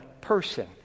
person